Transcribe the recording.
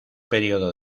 período